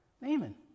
Naaman